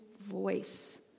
voice